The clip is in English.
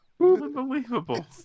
Unbelievable